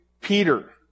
Peter